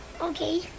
okay